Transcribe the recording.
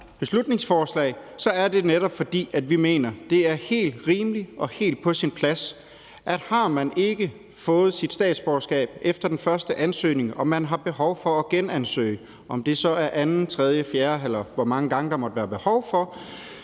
beslutningsforslag, er det netop, fordi vi mener, at det er helt rimeligt og helt på sin plads. Har man ikke fået sit statsborgerskab efter den første ansøgning, og man har behov for at genansøge for anden, tredje, fjerde eller hvor mange gange, der måtte være behov for,